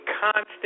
constant